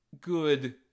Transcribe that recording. good